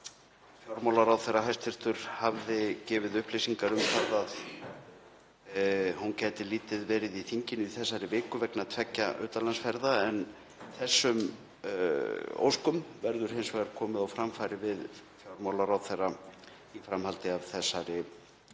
fjármálaráðherra hafði gefið upplýsingar um að hún gæti lítið verið í þinginu í þessari viku vegna tveggja utanlandsferða. En þessum óskum verður hins vegar komið á framfæri við fjármálaráðherra í framhaldi af þessari